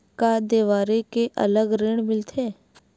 का देवारी के अलग ऋण मिलथे?